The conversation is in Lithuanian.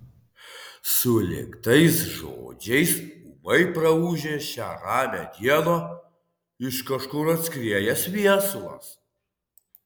sulig tais žodžiais ūmai praūžė šią ramią dieną iš kažkur atskriejęs viesulas